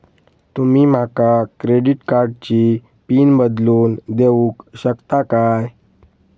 तुमी माका क्रेडिट कार्डची पिन बदलून देऊक शकता काय?